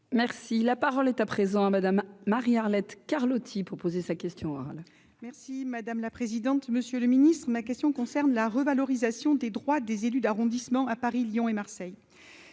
Merci, la parole est à présent à Madame Marie-Arlette Carlotti, pour poser sa question orale. Merci madame la présidente, monsieur le Ministre, ma question concerne la revalorisation des droits des élus d'arrondissement à Paris, Lyon et Marseille,